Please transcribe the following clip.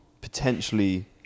potentially